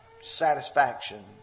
satisfaction